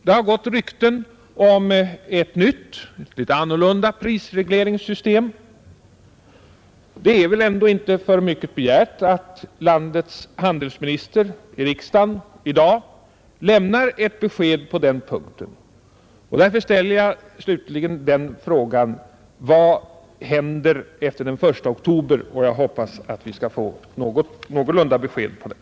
Det har gått rykten om ett nytt, litet annorlunda prisregleringssystem. Det är väl ändå inte för mycket begärt att landets handelsminister i riksdagen i dag lämnar ett besked på den punkten. Därför ställer jag slutligen frågan: Vad händer efter den 1 oktober? Jag hoppas att vi skall få ett någorlunda klart besked.